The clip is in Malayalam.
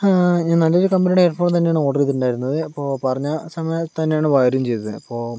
ഞാൻ നല്ലൊരു കമ്പനിയുടെ ഹെഡ് ഫോൺ തന്നെയാണ് ഓർഡർ ചെയ്തിട്ടുണ്ടായിരുന്നത് അപ്പോൾ പറഞ്ഞ സമയത്തു തന്നെയാണ് വരുകയും ചെയ്തത് അപ്പോൾ